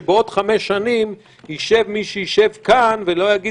שבעוד חמש שנים ישב מי שישב כאן ולא יגיד